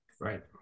right